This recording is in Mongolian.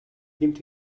гэмт